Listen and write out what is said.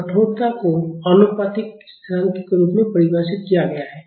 तो कठोरता को आनुपातिकता स्थिरांक के रूप में परिभाषित किया गया है